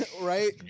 Right